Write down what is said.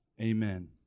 Amen